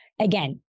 again